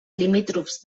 limítrofs